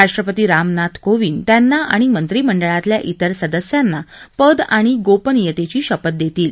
राष्ट्रपती रामनाथ कोविंद त्यांना आणि मंत्रिमंडळातल्या तिर सदस्यांना पद आणि गोपनीयतेची शपथ देतील